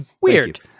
weird